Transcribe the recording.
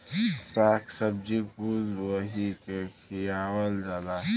शाक सब्जी कुल वही के खियावल जाला